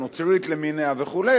הנוצרית למיניה וכו',